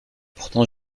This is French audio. pourtant